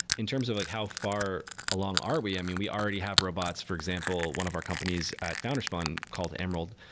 in terms of like how far along are we, i mean, we already have robots. for example, one of our companies at founders fund, called emerald,